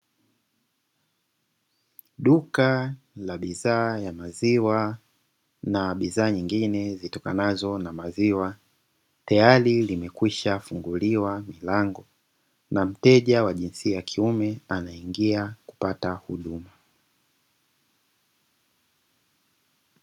Duka la bidhaa za maziwa na bidhaa nyingine zitokanazo na maziwa tayari limekwishafunguliwa mlango, na mteja wa jinsia ya kiume anaingia kupata huduma.